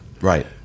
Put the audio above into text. Right